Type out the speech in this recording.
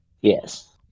Yes